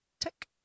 Tick